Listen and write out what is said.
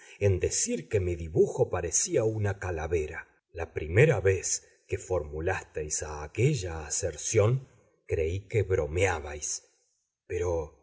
en decir que mi dibujo parecía una calavera la primera vez que formulasteis aquella aserción creí que bromeabais pero